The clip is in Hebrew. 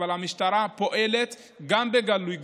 אבל המשטרה פועלת גם בגלוי,